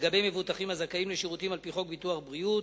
לגבי מבוטחים הזכאים לשירותים על-פי חוק ביטוח בריאות,